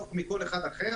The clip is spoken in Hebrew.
טוב יותר מכל אחד אחר,